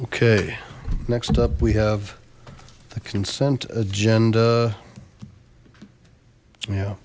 okay next up we have the consent agenda yeah